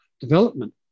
development